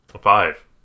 Five